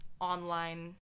online